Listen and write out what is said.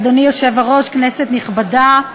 אדוני היושב-ראש, כנסת נכבדה,